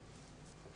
הכיתות.